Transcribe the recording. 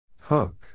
Hook